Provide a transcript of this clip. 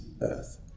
earth